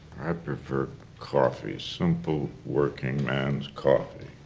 i prefer coffee, simple working man's coffee.